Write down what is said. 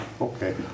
Okay